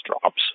drops